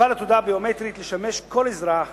תוכל התעודה הביומטרית לשמש כל אזרח